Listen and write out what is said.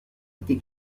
été